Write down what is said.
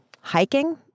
hiking